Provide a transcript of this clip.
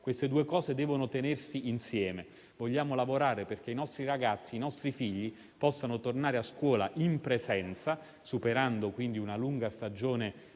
(questi due aspetti devono tenersi insieme). Vogliamo lavorare perché i nostri ragazzi e i nostri figli possano tornare a scuola in presenza, superando quindi una lunga stagione